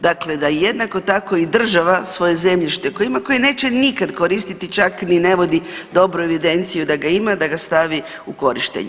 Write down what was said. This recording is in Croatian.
Dakle, da jednako tako i država svoje zemljište koje ima koje neće nikad koristiti, čak ni ne vodi dobru evidenciju da ga ima da ga stavi u korištenje.